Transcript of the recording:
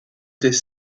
des